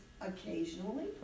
occasionally